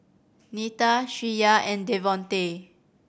Neta Shreya and Devontae